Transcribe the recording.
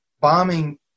bombing